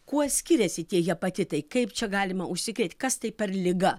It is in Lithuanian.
kuo skiriasi tie hepatitai kaip čia galima užsikrėst kas tai per liga